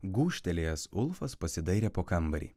gūžtelėjęs ulfas pasidairė po kambarį